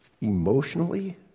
emotionally